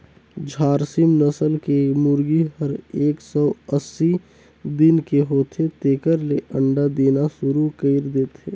झारसिम नसल के मुरगी हर एक सौ अस्सी दिन के होथे तेकर ले अंडा देना सुरु कईर देथे